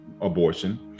abortion